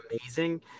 amazing